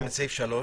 (3)